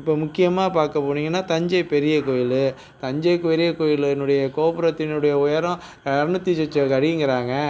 இப்போ முக்கியமாக பார்க்கப் போனீங்கன்னால் தஞ்சை பெரிய கோயில் தஞ்சை பெரிய கோயிலுனுடைய கோபுரத்தினுடைய உயரம் இரநூத்தி சொச்சம் அடிங்கறாங்கள்